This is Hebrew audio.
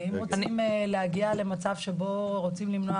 אם רוצים להגיע למצב שבו רוצים למנוע